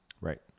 Right